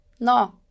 No